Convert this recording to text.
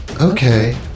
okay